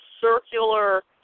circular